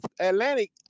Atlantic